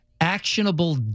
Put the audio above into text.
actionable